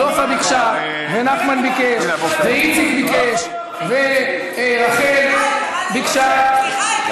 סופה ביקשה ונחמן ביקש ואיציק ביקש ורחל ביקשה,